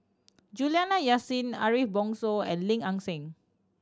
Juliana Yasin Ariff Bongso and Lim Ang Seng